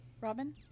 Robin